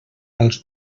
als